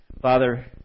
Father